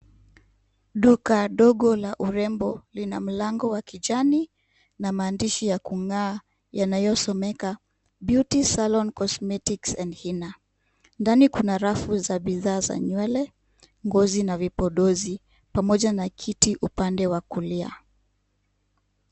Duka dogo la urembo lina mlango wa kijani na mahandishi ya kung'aa yanayosomeka Beauty Salon Cosmetics and Hina. Ndani kuna rafu za bidhaa za nywele, ngozi na vipodozi pamoja na kiti upande wa kulia.